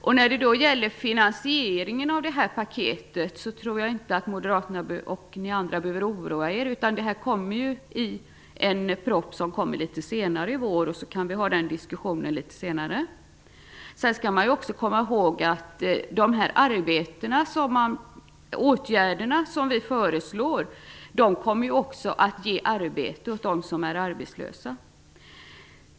Jag tror heller inte att Moderaterna och ni andra behöver oroa er över finansieringen av det här paketet, utan detta kommer att redovisas i en proposition litet senare i vår, och då kan vi också ta upp en diskussion om det. Man skall också komma ihåg att de åtgärder som vi föreslår kommer att ge arbete åt arbetslösa.